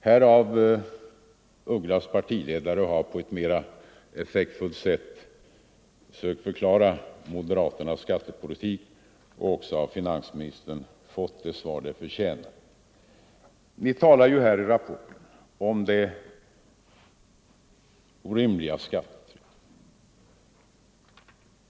Herr af Ugglas partiledare har på ett mer effektfullt sätt försökt beskriva moderaternas skattepolitik och av finansministern fått det svar som den förtjänar. Ni talar i rapporten om de orimliga skatterna.